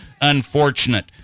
unfortunate